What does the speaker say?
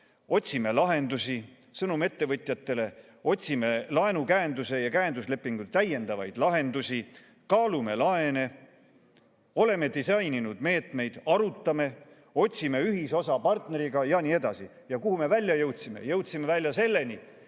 Otsime lahendusi. Sõnum ettevõtjatele: otsime laenukäenduse ja käenduslepingule täiendavaid lahendusi, kaalume laene. Oleme disaininud meetmeid, arutame, otsime ühisosa partneriga jne. Kuhu me välja jõudsime? Jõudsime välja Vene